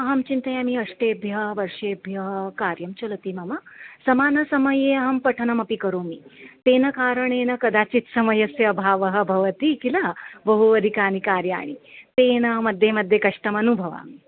अहं चिन्तयामि अष्टेभ्यः वर्षेभ्यः कार्यं चलति मम समानसमये अहं पठनमपि करोमि तेन कारणेन कदाचित् समयस्य अभावः भवति किल बहु अधिकानि कार्याणि तेन मध्ये मध्ये कष्टमनुभवामि